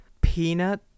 peanut